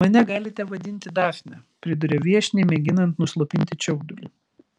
mane galite vadinti dafne priduria viešniai mėginant nuslopinti čiaudulį